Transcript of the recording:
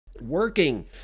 Working